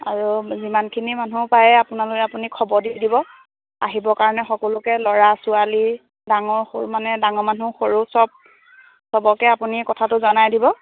আৰু যিমানখিনি মানুহ পাৰে আপোনালোক আপুনি খবৰ দি দিব আহিবৰ কাৰণে সকলোকে ল'ৰা ছোৱালী ডাঙৰ সৰু মানে ডাঙৰ মানুহ সৰু চব চবকে আপুনি কথাটো জনাই দিব